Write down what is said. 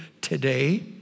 today